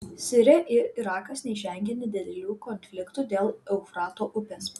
sirija ir irakas neišvengė nedidelių konfliktų dėl eufrato upės